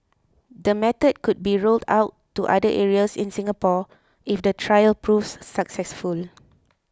the method could be rolled out to other areas in Singapore if the trial proves successful